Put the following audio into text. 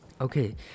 Okay